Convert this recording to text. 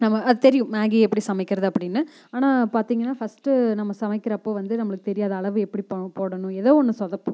நம்ம தெரியும் மேகி எப்படி சமைக்கிறது அப்படின்னு ஆனால் பார்த்தீங்கனா ஃபஸ்ட்டு நம்ம சமைக்கிறப்போது வந்து நம்மளுக்கு தெரியாது அளவு எப்படி பண்ண போடணும் ஏதோ ஒன்று சொதப்பும்